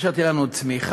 וכאשר תהיה לנו צמיחה,